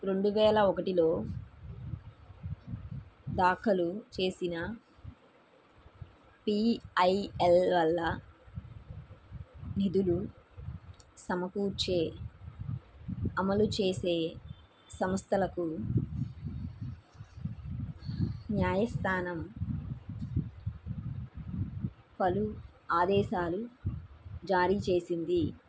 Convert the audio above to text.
రెండు వేల ఒకటిలో దాఖలు చేసిన పి ఐ ఎల్ వల్ల నిధులు సమకూర్చే అమలు చేసే సంస్థలకు న్యాయస్థానం పలు ఆదేశాలు జారీ చేసింది